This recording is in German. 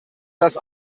das